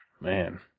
Man